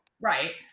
Right